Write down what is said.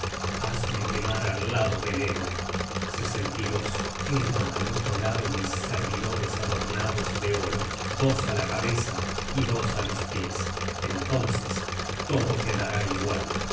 hazme quemar al lado del héroe quema al otro lado mis servidores adornados de oro dos á la cabeza y dos á los pies entonces todo quedará igual